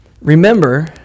remember